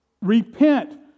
Repent